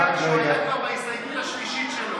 ההסתייגות השלישית שלו.